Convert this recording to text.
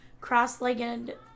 cross-legged